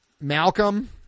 Malcolm